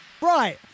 Right